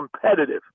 competitive